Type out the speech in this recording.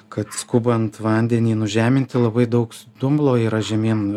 kad skubant vandenį nužeminti labai daug s dumblo yra žemyn